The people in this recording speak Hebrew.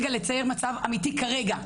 מצב אמיתי כרגע.